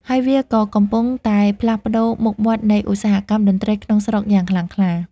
ហើយវាក៏កំពុងតែផ្លាស់ប្តូរមុខមាត់នៃឧស្សាហកម្មតន្ត្រីក្នុងស្រុកយ៉ាងខ្លាំងក្លា។